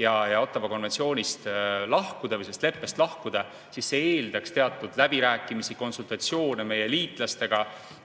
ja Ottawa konventsioonist või sellest leppest lahkuda, siis see eeldaks teatud läbirääkimisi, konsultatsioone meie liitlastega